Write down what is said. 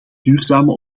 duurzame